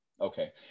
okay